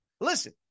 Listen